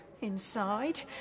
Inside